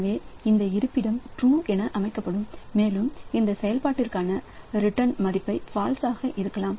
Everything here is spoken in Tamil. எனவே இந்த இருப்பிடம் ட்ரூஎன அமைக்கப்படும் மேலும் இந்த செயல்பாட்டிற்கான ரிட்டன் மதிப்பு ஃபால்ஸ் இருக்கும்